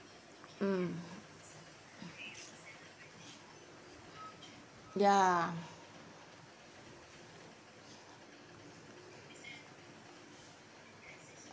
mm ya